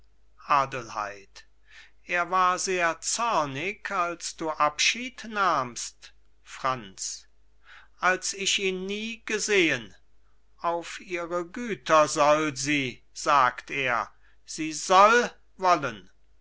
adelheid er war sehr zornig als du abschied nahmst franz als ich ihn nie gesehen auf ihre güter soll sie sagt er sie soll wollen